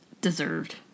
deserved